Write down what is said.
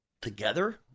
Together